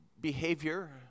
behavior